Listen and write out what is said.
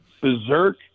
berserk